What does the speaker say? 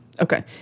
okay